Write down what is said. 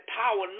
power